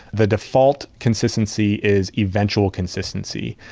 the default consistency is eventual consistency,